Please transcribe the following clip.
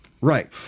Right